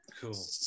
cool